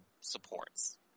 supports